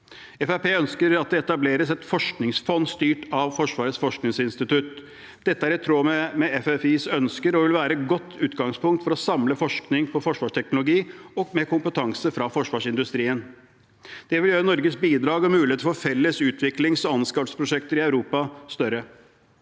ønsker at det skal etableres et forskningsfond som er styrt av Forsvarets forskningsinstitutt. Dette er i tråd med FFIs ønsker og ville være et godt utgangspunkt for å samle forskning på forsvarsteknologi, med kompetanse fra forsvarsindustrien. Det vil gjøre Norges bidrag til og mulighetene for felles utviklings- og anskaffelsesprosjekter i Europa større.